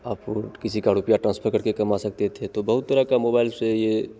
आप किसी का रुपये टांसफर करके कमा सकते थे तो बहुत तरह का मोबाइल से ये